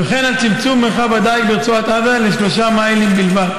וכן על צמצום מרחב הדיג ברצועת עזה לשלושה מיילים בלבד.